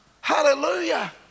Hallelujah